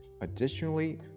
Additionally